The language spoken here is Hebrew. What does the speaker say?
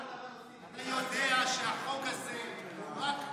יודע שהחוק הזה הוא רק למבוגרים,